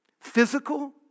physical